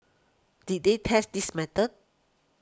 did they test this method